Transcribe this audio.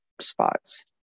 spots